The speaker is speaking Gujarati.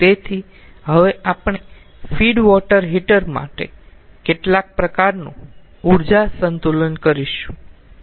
તેથી હવે આપણે ફીડ વોટર હીટર માટે કેટલાક પ્રકારનું ઊર્જા સંતુલન કરીશું